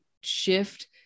shift